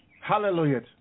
Hallelujah